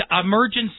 emergency